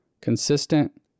Consistent